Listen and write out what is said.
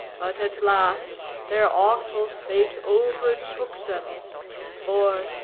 but at last their awful fate overtook them for,